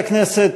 ההצעה